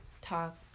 talk